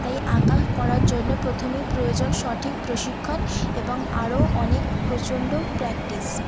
তাই আঁকা করার জন্য প্রথমেই প্রয়োজন সঠিক প্রশিক্ষণ এবং আরও অনেক প্রচণ্ড প্র্যাক্টিস